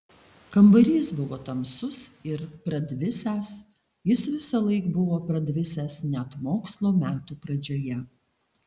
kambarys buvo tamsus ir pradvisęs jis visąlaik buvo pradvisęs net mokslo metų pradžioje